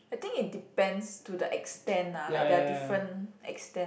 I think it depends to the extend lah like there are different extend